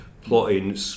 plotting